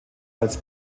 als